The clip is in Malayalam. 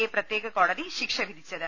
എ പ്രത്യേക കോടതി ശിക്ഷ വിധിച്ചത്